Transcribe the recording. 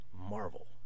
marvel